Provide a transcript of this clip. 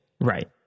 Right